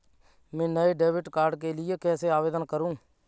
मैं नए debit card के लिए कैसे आवेदन करूं?